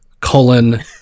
colon